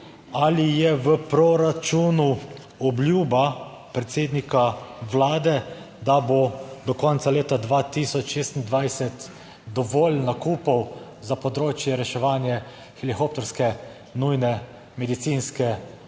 Ali je v proračunu obljuba predsednika vlade, da bo do konca leta 2026 dovolj nakupov za področje reševanja helikopterske nujne medicinske pomoči?